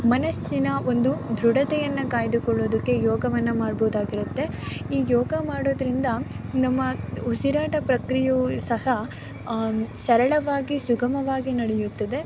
ಮನಸ್ಸಿನ ಒಂದು ದೃಢತೆಯನ್ನು ಕಾಯ್ದುಕೊಳ್ಳೋದಕ್ಕೆ ಯೋಗವನ್ನು ಮಾಡ್ಬೋದಾಗಿರುತ್ತೆ ಈ ಯೋಗ ಮಾಡೋದರಿಂದ ನಮ್ಮ ಉಸಿರಾಟ ಪ್ರಕ್ರಿಯೆಯೂ ಸಹ ಸರಳವಾಗಿ ಸುಗಮವಾಗಿ ನಡೆಯುತ್ತದೆ